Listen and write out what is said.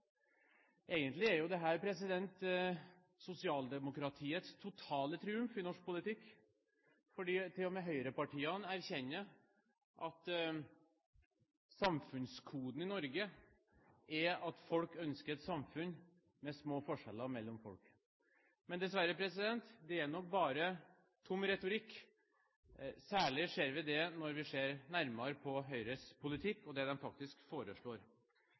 Egentlig er dette sosialdemokratiets totale triumf i norsk politikk, for til og med høyrepartiene erkjenner at samfunnskoden i Norge er at folk ønsker et samfunn med små forskjeller mellom folk. Men dessverre er nok det bare tom retorikk. Særlig ser vi det når vi ser nærmere på Høyres politikk og det de faktisk foreslår.